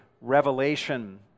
Revelation